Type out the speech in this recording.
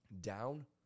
Down